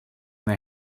they